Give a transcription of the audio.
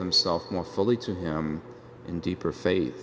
themselves more fully to him in deeper faith